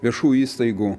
viešųjų įstaigų